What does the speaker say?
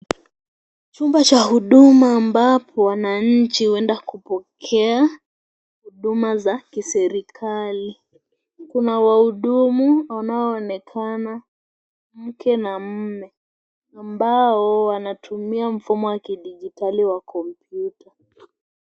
Chumba cha huduma ambapo, wananchi huenda kupokea huduma za kiserikali. Kuna wahudumu wanaoonekana, mke na mume, ambao wanatumia mfumo wa kidigitali wa kompyuta.